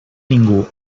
ningú